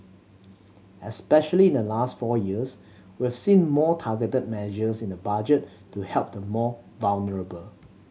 especially in the last four years we've seen more targeted measures in the Budget to help the more vulnerable